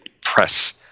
press